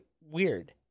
weird